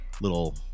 little